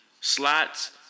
slots